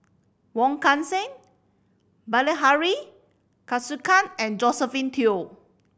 Wong Kan Seng Bilahari Kausikan and Josephine Teo